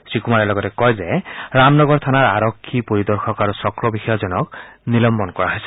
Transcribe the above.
শ্ৰীকুমাৰে লগতে কয় যে ৰামনগৰ থানাৰ আৰক্ষী পৰিদৰ্শক আৰু চক্ৰ বিষয়াজনক নিলম্বন কৰা হৈছে